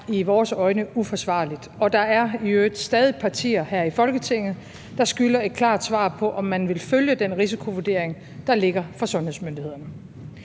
i vores øjne være uforsvarligt. Og der er i øvrigt stadig partier her i Folketinget, der skylder et klart svar på, om man vil følge den risikovurdering, der ligger fra sundhedsmyndighedernes